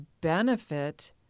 benefit